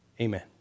Amen